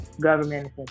government